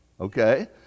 Okay